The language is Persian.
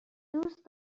دوست